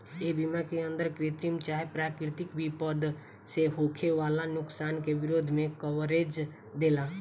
ए बीमा के अंदर कृत्रिम चाहे प्राकृतिक विपद से होखे वाला नुकसान के विरोध में कवरेज देला